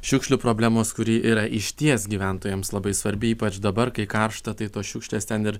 šiukšlių problemos kuri yra išties gyventojams labai svarbi ypač dabar kai karšta tai tos šiukšlės ten ir